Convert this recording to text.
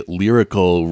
lyrical